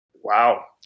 Wow